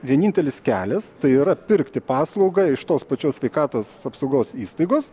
vienintelis kelias tai yra pirkti paslaugą iš tos pačios sveikatos apsaugos įstaigos